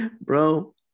bro